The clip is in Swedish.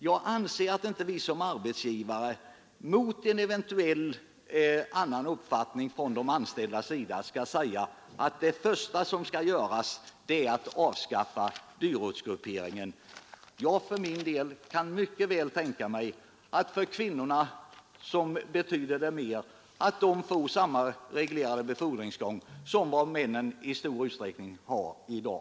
Jag anser inte att vi såsom arbetsgivare gentemot en eventuellt annan uppfattning från de anställda skall säga att det första som skall göras är att avskaffa dyrortsgrupperingen. Jag kan för min del mycket väl tänka mig att det betyder mer för kvinnorna att de får samma reglerade befordringsgång som männen i stor utsträckning har i dag.